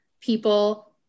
people